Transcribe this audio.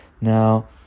Now